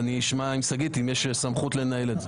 נשמע משגית, האם יש סמכות לנהל את זה.